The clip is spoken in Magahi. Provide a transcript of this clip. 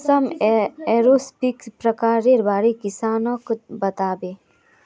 रौशन एरोपोनिक्सेर प्रकारेर बारे किसानक बताले